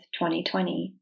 2020